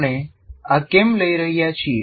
આપણે આ કેમ લઈ રહ્યા છીએ